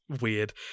weird